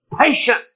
Patient